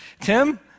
Tim